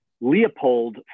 Leopold